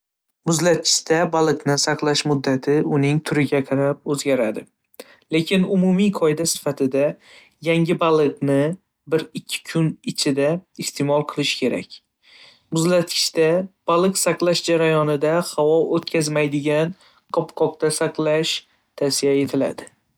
Muzlatgichda baliqni saqlash muddati uning turiga qarab o'zgaradi, lekin umumiy qoida sifatida, yangi baliqni bir ikki kun ichida iste'mol qilish kerak. Muzlatgichda baliq saqlash jarayonida havo o'tkazmaydigan qopqoqda saqlash tavsiya etiladi.